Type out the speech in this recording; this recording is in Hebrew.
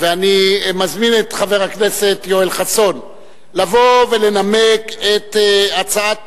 אני מזמין את חבר הכנסת יואל חסון לבוא ולנמק את הצעת